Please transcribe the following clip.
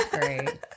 great